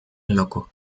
loco